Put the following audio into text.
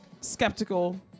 skeptical